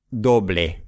Doble